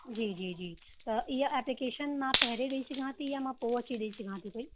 जी जी जी त हीअ एप्लीकेशन मां पहिरीं ॾई सघां थी या मां पोइ अची करे ॾई सघां पई